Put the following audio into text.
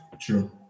True